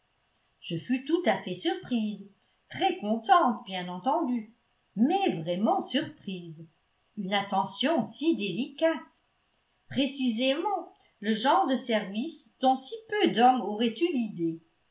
je fus tout à fait surprise très contente bien entendu mais vraiment surprise une attention si délicate précisément le genre de service dont si peu d'hommes auraient eu l'idée